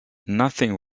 nothing